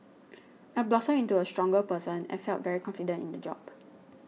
I blossomed into a stronger person and felt very confident in the job